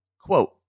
Quote